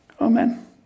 Amen